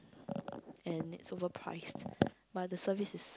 and it's overpriced but the service is